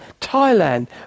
Thailand